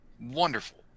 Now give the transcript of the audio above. Wonderful